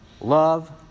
love